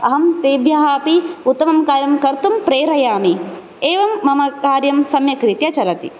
अहं तेभ्यः अपि उत्तमं कार्यं कर्तुं प्रेरयामि एवं मम कार्यं सम्यक् रीत्या चलति